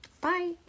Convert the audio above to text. Bye